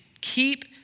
keep